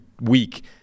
week